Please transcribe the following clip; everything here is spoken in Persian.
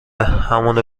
همونو